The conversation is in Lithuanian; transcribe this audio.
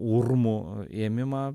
urmu ėmimą